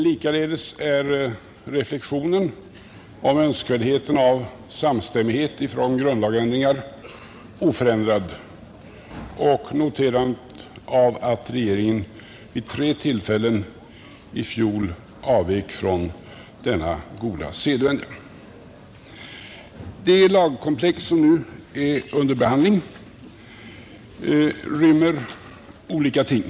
Likaledes är reflexionen om önskvärdheten av samstämmighet i fråga om grundlagsändringar oförändrad och noterandet att regeringen vid tre tillfällen i fjol avvek från denna goda sedvänja. Det lagkomplex som nu är under behandling rymmer olika ting.